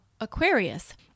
Aquarius